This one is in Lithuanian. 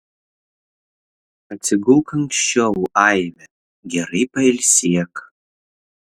atsigulk anksčiau aive gerai pailsėk